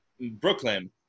Brooklyn